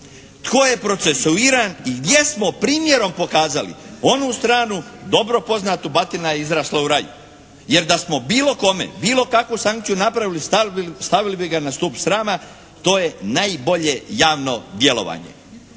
Tko je procesuiran i jesmo primjerom prikazali onu stranu dobro poznatu batina je izrasla u raju, jer da smo bilo kome, bilo kakvu sankciju napravili stavili bi na stup srama. To je najbolje javno djelovanje.",